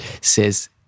says